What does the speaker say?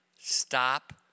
Stop